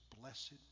blessed